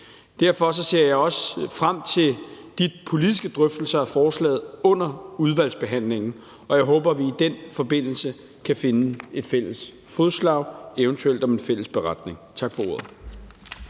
Derfor ser jeg også frem til de politiske drøftelser af forslaget under udvalgsbehandlingen, og jeg håber, at vi i den forbindelse kan finde fælles fodslag, eventuelt om en fælles beretning. Tak for ordet.